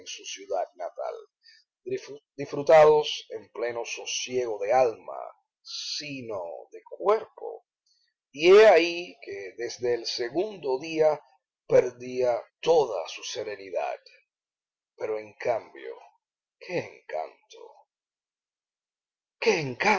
su ciudad natal disfrutados en pleno sosiego de alma si no de cuerpo y he ahí que desde el segundo día perdía toda su serenidad pero en cambio qué encanto